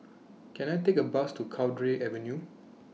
Can I Take A Bus to Cowdray Avenue